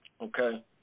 Okay